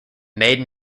made